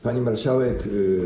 Pani Marszałek!